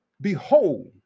behold